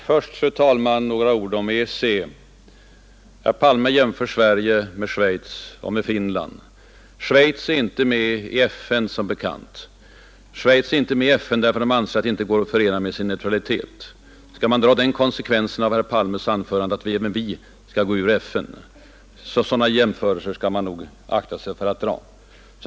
Fru talman! Först några ord om EEC. Herr Palme jämför Sverige med Schweiz och Finland. Schweiz är som bekant inte med i FN därför att Schweiz inte anser att det går att förena med sin neutralitet. Skall man dra den konsekvensen av herr Palmes anförande att även vi skall gå ur FN? Sådana jämförelser skall man nog akta sig för att dra.